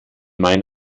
mein